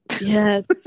yes